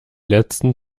letzten